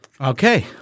Okay